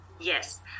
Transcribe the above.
Yes